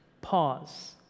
pause